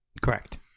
Correct